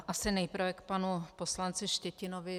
Asi nejprve k panu poslanci Štětinovi.